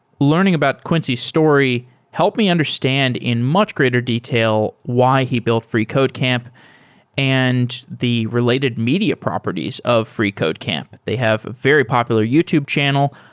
learning about quincy's story help me understand in much greater detail why he built freecodecamp and the re lated media properties of freecodecamp. they have a very popular youtube channel,